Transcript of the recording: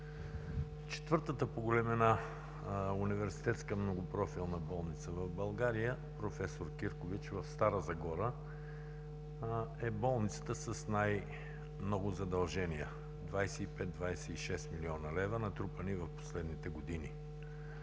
Четвъртата по големина Университетска многопрофилна болница в България „Проф. д-р Стоян Киркович“ в Стара Загора е с най-много задължения – 25-26 милиона, натрупани в последните години.